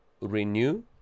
renew